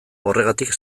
horregatik